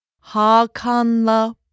Hakan'la